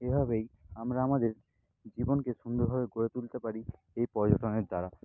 এভাবেই আমরা আমাদের জীবনকে সুন্দরভাবে গড়ে তুলতে পারি এই পর্যটনের দ্বারা